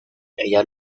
ella